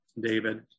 David